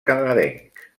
canadenc